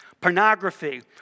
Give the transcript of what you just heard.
pornography